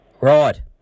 Right